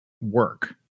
work